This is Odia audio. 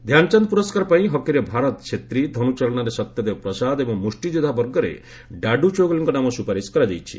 ଧ୍ୟାନଚାନ୍ଦ ପୁରସ୍କାର ପାଇଁ ହକିରେ ଭାରତ ଛେତ୍ରି ଧନୁଚାଳନାରେ ସତ୍ୟଦେବ ପ୍ରସାଦ ଏବଂ ମୁଷ୍ଟି ଯୋଦ୍ଧା ବର୍ଗରେ ଡାଡୁ ଚୌଗୁଲେଙ୍କ ନାମ ସୁପାରିଶ କରାଯାଇଛି